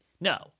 No